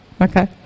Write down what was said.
Okay